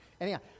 Anyhow